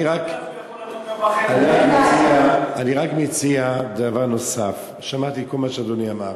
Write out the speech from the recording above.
אני רק מציע דבר נוסף: שמעתי כל מה שאדוני אמר,